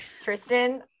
Tristan